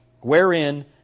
wherein